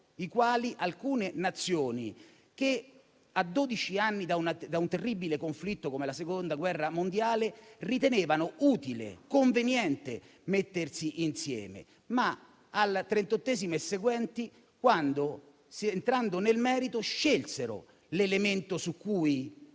i quali alcune Nazioni, a dodici anni da un terribile conflitto come la Seconda guerra mondiale ritenevano utile e conveniente mettersi insieme, ma all'articolo 38 e seguenti, quando, entrando nel merito, scelsero l'elemento su cui